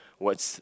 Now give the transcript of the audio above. what's